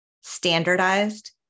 standardized